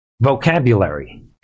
vocabulary